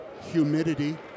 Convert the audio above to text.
humidity